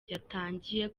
yatangiye